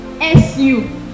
SU